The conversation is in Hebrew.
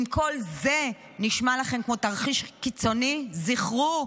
אם כל זה נשמע לכם כמו תרחיש קיצוני, זכרו: